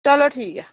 चलो ठीक ऐ